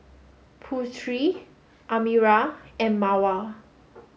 Putri Amirah and Mawar